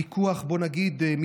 יש ויכוח מיתולוגי,